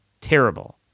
Terrible